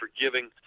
forgiving